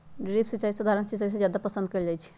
drip सिंचाई सधारण सिंचाई से जादे पसंद कएल जाई छई